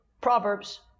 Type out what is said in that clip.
Proverbs